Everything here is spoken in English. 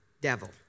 devil